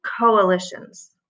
Coalitions